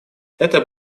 это